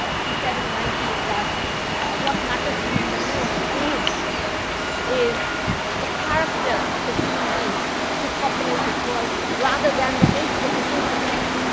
ah he said in the ninety s that what matters to him the most is is the character of the human beings who populate his world rather than the nature of the incidents,